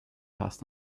past